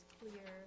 clear